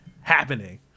happening